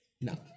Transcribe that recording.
No